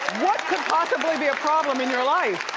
what could possibly be a problem in your life?